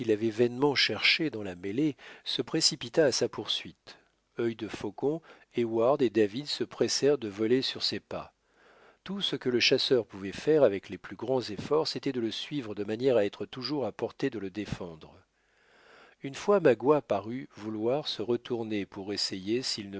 vainement cherché dans la mêlée se précipita à sa poursuite œil de faucon heyward et david se pressèrent de voler sur ses pas tout ce que le chasseur pouvait faire avec les plus grands efforts c'était de le suivre de manière à être toujours à portée de le défendre une fois magua parut vouloir se retourner pour essayer